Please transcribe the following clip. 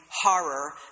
horror